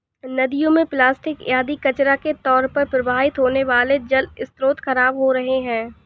नदियों में प्लास्टिक आदि कचड़ा के तौर पर प्रवाहित होने से जलस्रोत खराब हो रहे हैं